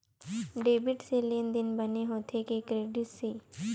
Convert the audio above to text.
Debit से लेनदेन बने होथे कि क्रेडिट से?